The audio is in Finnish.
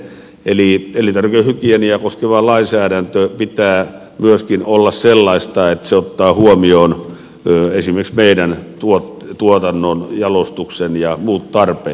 eli elintarvikehygieniaa koskevan lainsäädännön pitää myöskin olla sellaista että se ottaa huomioon esimerkiksi meidän tuotannon jalostuksen ja muut tarpeet